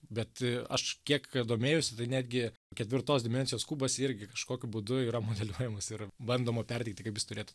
bet aš kiek domėjausi tai netgi ketvirtos dimensijos kubas irgi kažkokiu būdu yra modeliuojamas ir bandoma perteikti kaip jis turėtų